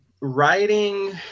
writing